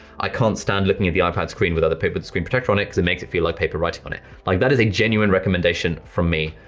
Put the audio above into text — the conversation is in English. i can't stand looking at the ipad screen without the paper screen protector on it, cause it makes it feel like paper writing on it. like that is a genuine recommendation from me,